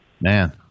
Man